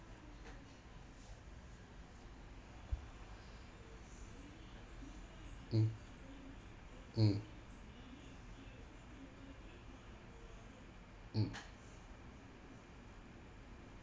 mm mm mm